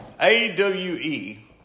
A-W-E